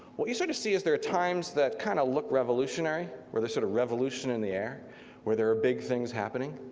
what you sort of see is there are times that kind of look revolutionary or the sort of revolution in the air where there are big things happening.